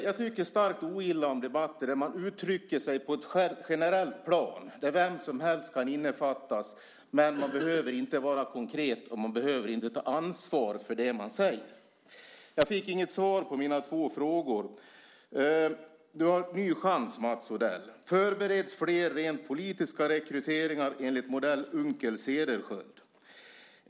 Jag tycker mycket illa om debatter där man uttrycker sig på ett generellt plan, där vem som helst kan innefattas men där man inte behöver vara konkret och där man inte behöver ta ansvar för det som man säger. Jag fick inget svar på mina två frågor. Du har en ny chans, Mats Odell. Förbereds flera rent politiska rekryteringar enligt modellen med Unckel och Cederschiöld?